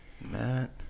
Matt